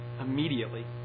immediately